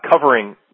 covering